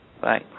Bye